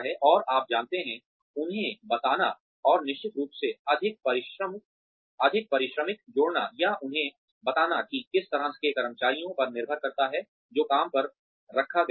और आप जानते हैं उन्हें बताना और निश्चित रूप से अधिक पारिश्रमिक जोड़ना या उन्हें बताना कि किस तरह के कर्मचारियों पर निर्भर करता है जो काम पर रखा गया है